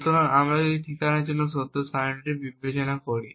সুতরাং আমরা যদি ঠিকানার জন্য সত্য সারণীটি বিবেচনা করি